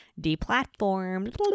deplatformed